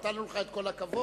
אנחנו נתנו לך את כל הכבוד,